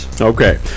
Okay